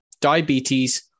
diabetes